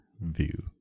view